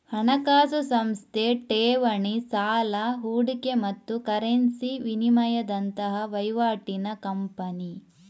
ಹಣಕಾಸು ಸಂಸ್ಥೆ ಠೇವಣಿ, ಸಾಲ, ಹೂಡಿಕೆ ಮತ್ತು ಕರೆನ್ಸಿ ವಿನಿಮಯದಂತಹ ವೈವಾಟಿನ ಕಂಪನಿ